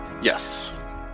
Yes